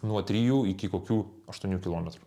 nuo trijų iki kokių aštuonių kilometrų